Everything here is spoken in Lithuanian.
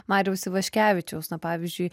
mariaus ivaškevičiaus na pavyzdžiui